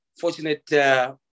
fortunate